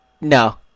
No